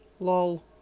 LOL